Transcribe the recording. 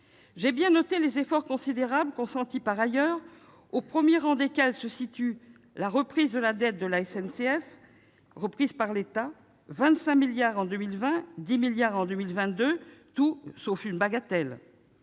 J'ai bien noté les efforts considérables consentis par ailleurs, aux premiers rangs desquels se situent la reprise de la dette de la SNCF par l'État- 25 milliards d'euros en 2020 et 10 milliards d'euros en 2022, tout sauf une bagatelle